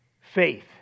Faith